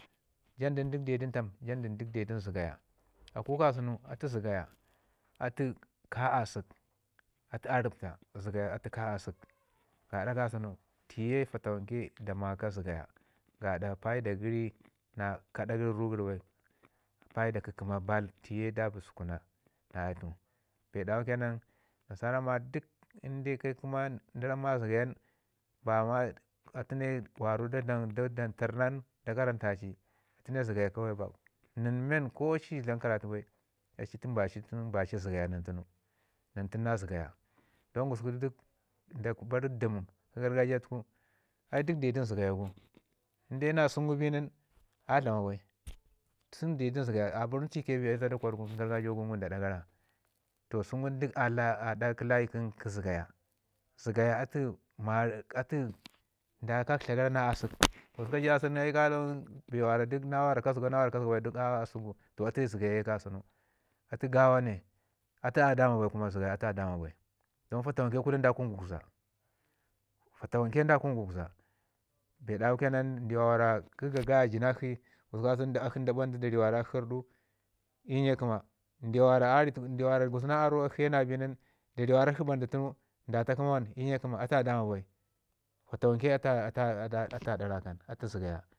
jandu duk de a nin tam de du nin zəgaya. Aku ka sunu atu zəgaya atu ka asek atu a rəpta atu ka asək, gaɗa ka sunu ti ye fatawanke da maka zəgaya gaɗa paida gərina kari rugəri ba paida kə kəma baal tiye da bi sukuna na atu. Bee dawu ke nan nasura ramma duk ka da ramma zəga ramma duk ka da ramma zəga yan ba ma atu ne warau dlam taran da karanta ci atu ne zəgaya kawai ba nən men ko a ci dlam karatu bai a ci ne ba ci zəgaya nən tunu. Nən tunu na zəgaya don duk da bari kwargun dəm kə kargajiya tuku duk de du nin zəgaya, inde na zəgaya bi nin a dlama bai. Sunu de du nin zəgaya a baru nin ti ye bai zada kwargun gargajiya ngum da nɗa gara toh su gu duk aɗa la layi kə zəgaya. Zəgaya atu marəm da kaklta gara na asək, gusku ka ji asək nin ka lawangu duk bee wara ka zəgau na bee wara ka zəga bai duk a asək gu. Atu zəgaya ke ka sunu atu gawa ne, atu a dama bai atu a dama bai don fatawanke da kunu gugza, fatawanke da kunu gugza bee dawu ke nan ndw wara kə ga gaya jinakshi gusku kasau da bandu da ri arrdu i nye kəma ndiwa wara a ri tuku wara na arro akshi ke na bai bi nin ri akshi bandu tunu da ta kəma wan a i nye kəma atu a dama bai fatawanke atu- a- ya- atu- aya- a da rakan atu zəgaya.